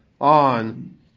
on